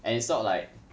and it's not like